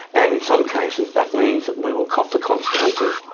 and in some cases that means that we will cop the consequences,